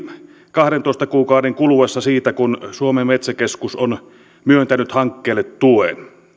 kahdentoista kuukauden kuluessa siitä kun suomen metsäkeskus on myöntänyt hankkeelle tuen tällöin tämä tarkka